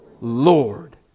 Lord